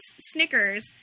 Snickers